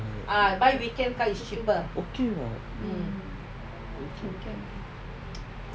okay [what]